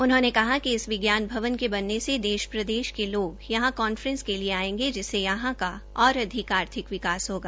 उन्होंने कहा कि इस विज्ञान भवन के बनने से देश प्रदेश के लोग यहां कॉन्फ्रेंस के लिए आएंगे जिससे यहां का और अधिक आर्थिक विकास होगा